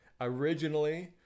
Originally